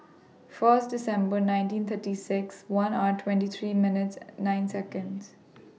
First December nineteen thirty six one hours twenty three minutes nine Seconds